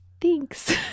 thanks